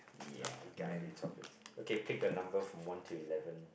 ya topics okay pick a number from one to eleven